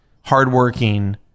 hardworking